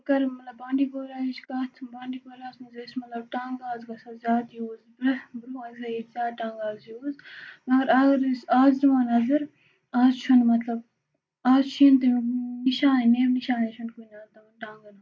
بہٕ کَرٕ مطلب بانٛڈی پوراہٕچ کَتھ بانڈی پوراہَس منٛز ٲسۍ مطلب ٹانٛگہٕ آسہٕ گژھان زیادٕ یوٗز زیادٕ ٹانٛگہٕ آز یوٗز مگر اگر أسۍ آز دِمو نظر آز چھُنہٕ مطلب آز چھی نہٕ تِم نِشان نیب نِشانَے چھُنہٕ کُنہِ آز تِمَن ٹانٛگَن ہُنٛد